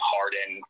Harden